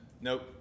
Nope